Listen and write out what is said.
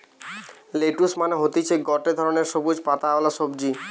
lettuce মানে হতিছে গটে ধরণের সবুজ পাতাওয়ালা সবজি